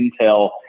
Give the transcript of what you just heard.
intel